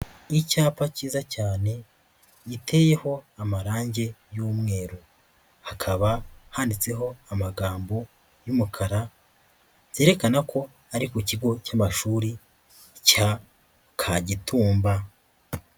Icyapa cyiza cyane giteyeho amarange y'umweru. Hakaba handitseho amagambo y'umukara, byerekana ko ari ku kigo cy'amashuri cya Kagitumba.